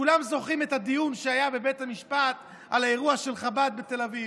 כולם זוכרים את הדיון שהיה בבית המשפט על האירוע של חב"ד בתל אביב.